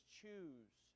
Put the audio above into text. choose